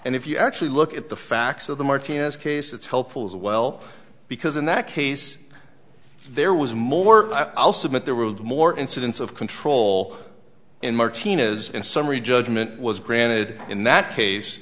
and if you actually look at the facts of the martinez case it's helpful as well because in that case there was more i'll submit there were more incidence of control in martina's in summary judgment was granted in that case